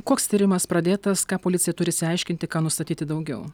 koks tyrimas pradėtas ką policija turi išsiaiškinti ką nustatyti daugiau